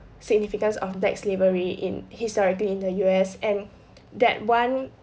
significance of black slavery in historically in the U_S and that one